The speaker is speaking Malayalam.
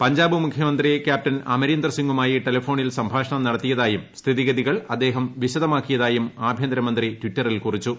പഞ്ചാബ് മുഖ്യമന്ത്രി ക്യാപ്റ്റൻ അമരീന്ദർ സിംഗുമായി ടെലഫോണിൽ സംഭാഷണം നടത്തിയതായും സ്ഥിതിഗതികൾ അദ്ദേഹം വിശദമാക്കിയതായും ആഭ്യന്തരമന്ത്രി ട്വിറ്ററിൽ കുറിച്ചു